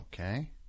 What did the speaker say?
Okay